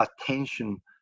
attention